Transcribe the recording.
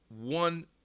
one